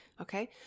Okay